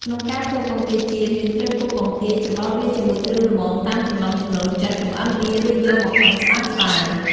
ក្នុងការធ្វើពងទាចៀន យើងត្រូវគោះពងទា ច្របល់វាជាមួយគ្រឿងល្មមតាមចំណង់ចំណូលចិត្ត ចម្អិនវា រួចយកមកហាន់ស្តើងៗ។